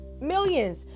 Millions